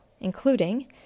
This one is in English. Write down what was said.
including